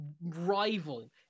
rival